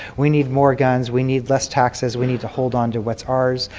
we need more guns, we need less taxes, we need to hold on to what's ours.